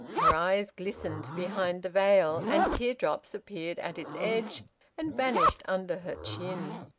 her eyes glistened behind the veil, and tear-drops appeared at its edge and vanished under her chin.